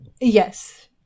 yes